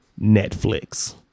netflix